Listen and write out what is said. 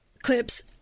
clips